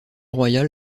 royale